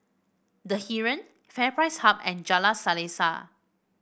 The Heeren FairPrice Hub and Jalan Selaseh